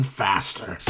faster